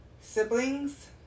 Siblings